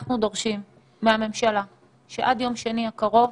אנחנו דורשים מהממשלה מתווה ברור,